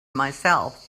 myself